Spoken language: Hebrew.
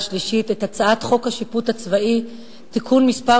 שלישית את הצעת חוק השיפוט הצבאי (תיקון מס'